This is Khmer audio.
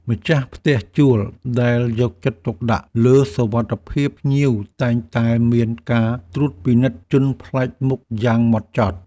ម្ចាស់ផ្ទះជួលដែលយកចិត្តទុកដាក់លើសុវត្ថិភាពភ្ញៀវតែងតែមានការត្រួតពិនិត្យជនប្លែកមុខយ៉ាងហ្មត់ចត់។